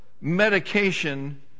medication